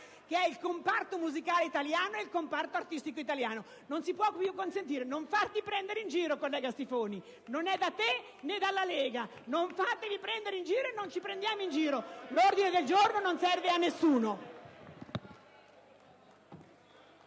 del comparto musicale e artistico italiano? Non si può più consentire ciò. Non farti prendere in giro, collega Stiffoni: non è da te, né dalla Lega. Non fatevi prendere in giro, e non prendiamoci in giro: l'ordine del giorno non serve a nessuno.